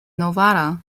novara